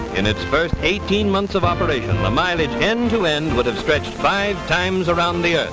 in its first eighteen months of operation, the mileage end-to-end would have stretched five times around the earth.